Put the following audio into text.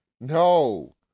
no